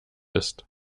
ist